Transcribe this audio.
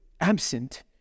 absent